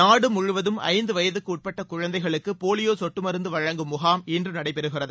நாடு முழுவதும் ஐந்து வயதுக்கு உட்பட்ட குழந்தைகளுக்கு போலியோ கொட்டு மருந்து வழங்கும் முகாம் இன்று நடைபெறுகிறது